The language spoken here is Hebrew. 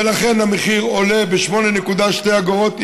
ולכן המחיר עולה ב-8 שקלים ושתי אגורות,